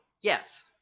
yes